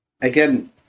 again